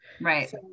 right